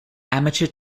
amateur